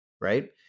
right